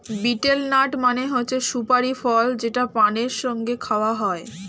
betel nut মানে হচ্ছে সুপারি ফল যেটা পানের সঙ্গে খাওয়া হয়